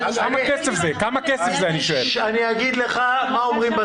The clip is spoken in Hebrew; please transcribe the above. אני שואל כמה כסף זה.